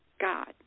God